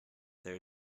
there